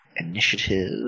initiative